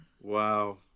Wow